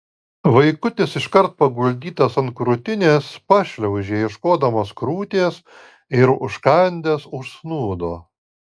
vaikutis iškart paguldytas ant krūtinės pašliaužė ieškodamas krūties ir užkandęs užsnūdo